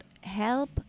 help